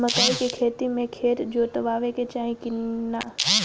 मकई के खेती मे खेत जोतावे के चाही किना?